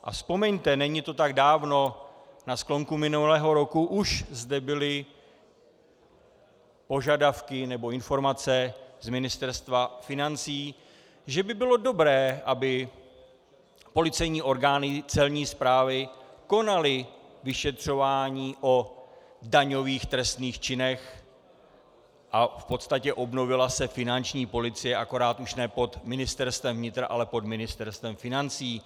A vzpomeňte, není to tak dávno, na sklonku minulého roku už zde byly požadavky, nebo informace z Ministerstva financí, že by bylo dobré, aby policejní orgány Celní správy konaly vyšetřování o daňových trestných činech a v podstatě se obnovila finanční policie, akorát už ne pod Ministerstvem vnitra, ale pod Ministerstvem financí.